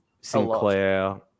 Sinclair